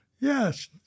Yes